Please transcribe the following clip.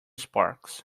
sparks